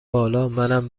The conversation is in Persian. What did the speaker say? بالامنم